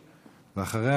ואחריה,